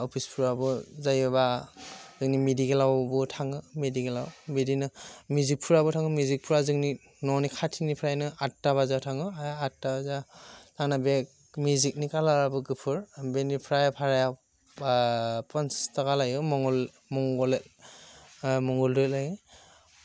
अफिसफ्राबो जायोबा जोंनि मेडिकेलावबो थाङो मेडिकेलाव बिदिनो मेजिकफ्राबो थाङो मेजिकफ्रा जोंनि न'नि खाथिनिफ्रायनो आटता बाजेयाव थाङो आटता बाजा आंना बे मेजिकनि कालाराबो गुफुर बेनिफ्राय भाराया फन्सास ताखा लायो मंगलदै लायो